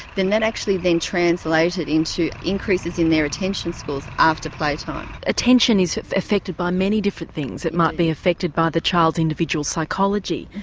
then that actually then translated into increases in their attention scores after playtime. attention is affected by many different things, it might be affected by the child's individual psychology,